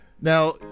Now